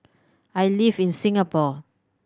I live in Singapore